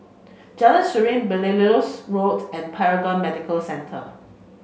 Jalan Serene Belilios Road and Paragon Medical Centre